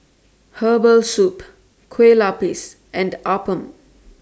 Herbal Soup Kueh Lupis and Appam